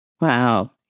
Wow